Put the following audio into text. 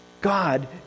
God